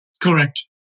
correct